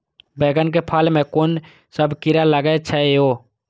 बैंगन के फल में कुन सब कीरा लगै छै यो?